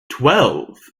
twelve